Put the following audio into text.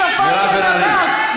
בסופו של דבר,